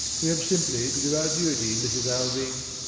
we have simply to do our duty, mrs. alving!